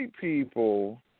people